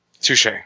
Touche